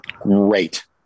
great